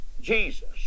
Jesus